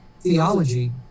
theology